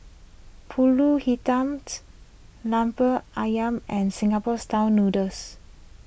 Pulut Hitam's Lemper Ayam and Singapore Style Noodles